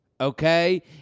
okay